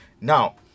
Now